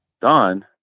Don